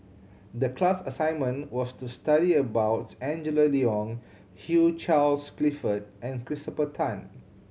the class assignment was to study about Angela Liong Hugh Charles Clifford and Christopher Tan